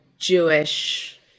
Jewish